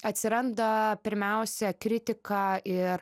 atsiranda pirmiausia kritika ir